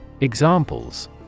Examples